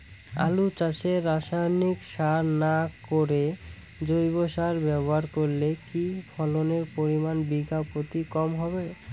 আলু চাষে রাসায়নিক সার না করে জৈব সার ব্যবহার করলে কি ফলনের পরিমান বিঘা প্রতি কম হবে?